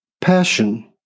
passion